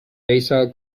acyl